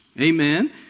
Amen